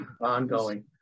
ongoing